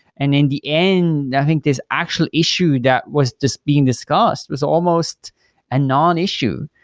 and in the end, i think this actual issue that was just being discussed was almost a non-issue.